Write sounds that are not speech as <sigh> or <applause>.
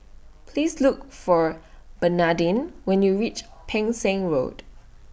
Please Look For Bernadine when YOU REACH <noise> Pang Seng Road